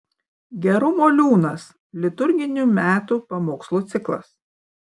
gerumo liūnas liturginių metų pamokslų ciklas